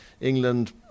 England